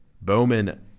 Bowman